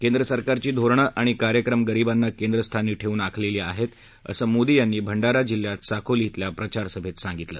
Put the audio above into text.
केंद्रसरकारची धोरणं आणि कार्यक्रम गरीबांना केंद्रस्थानी ठेवून आखलेली आहेत असं मोदी यांनी भंडारा जिल्ह्यात साकोली अेल्या प्रचार सभेत सांगितलं